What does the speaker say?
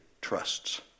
trusts